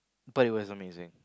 thought it was amazing